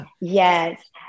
Yes